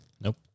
Nope